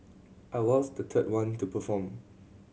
I was the third one to perform